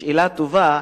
שאלה טובה.